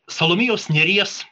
salomėjos nėries